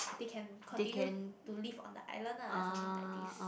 they can continue to live on the island ah something like this